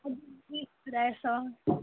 ادٕ حظ بِہِو خۄدایس حوالہٕ